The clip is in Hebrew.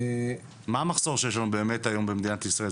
מה המחסור שיש היום באמת במדינת ישראל?